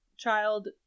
Child